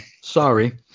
Sorry